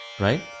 right